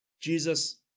Jesus